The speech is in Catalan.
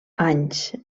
anys